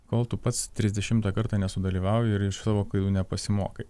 kol tu pats trisdešimtą kartą nesudalyvauji ir iš savo klaidų nepasimokai